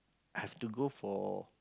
have to go for